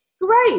great